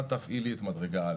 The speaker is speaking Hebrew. נא תפעיל לי את מדרגה א'.